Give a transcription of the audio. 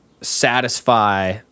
satisfy